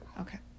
Okay